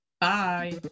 Bye